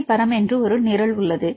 B பரம் என்று ஒரு நிரல் உள்ளது